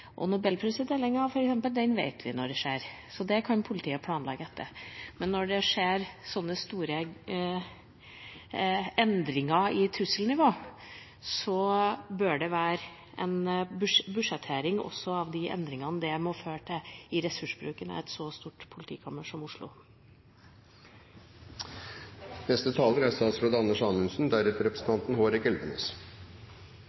type oppslag og den type omdisponering av ressurser som man må gjøre kjapt på grunn av nasjonale hendelser. Nobelprisutdelinga, f.eks., vet vi når er, så det kan politiet planlegge for. Men når det skjer store endringer i trusselnivået, bør det være budsjettert også for de endringene det må føre til i ressursbruken ved et stort politikammer som Oslo.